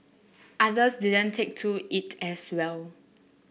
others didn't take to it as well